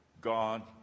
God